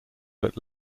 but